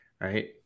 right